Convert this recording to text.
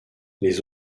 les